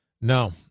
no